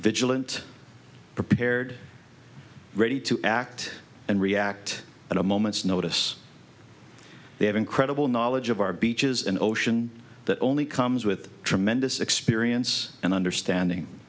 vigilant prepared ready to act and react at a moment's notice they have incredible knowledge of our beaches and ocean that only comes with tremendous experience and understanding